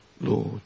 Lord